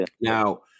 now